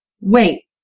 wait